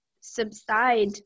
subside